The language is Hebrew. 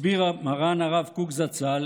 מסביר מרן הרב קוק זצ"ל